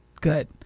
Good